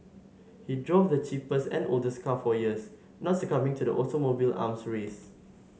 he drove the cheapest and oldest car for years not succumbing to the automobile arms race